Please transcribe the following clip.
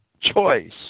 choice